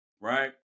Right